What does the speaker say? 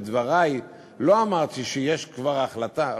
בדברי לא אמרתי שיש כבר החלטה,